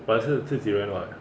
but 是自己人 [what]